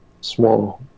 small